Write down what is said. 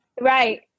right